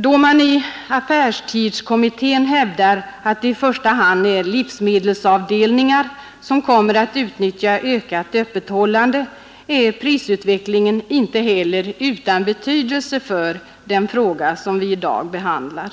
Då man i affärstidskommittén hävdar att det i första hand är livsmedelsavdelningar som kommer att utnyttja ökat öppethållande, är prisutvecklingen inte heller utan betydelse för den fråga som vi i dag behandlar.